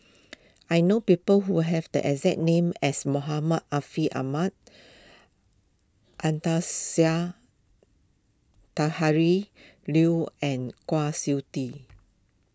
I know people who have the exact name as Muhammad Ariff Ahmad Anastasia Liew and Kwa Siew Tee